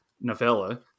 novella